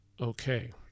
Okay